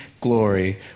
glory